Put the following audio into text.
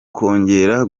kongera